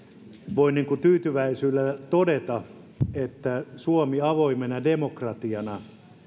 voin tyytyväisyydellä todeta että suomi avoimena demokratiana